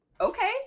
okay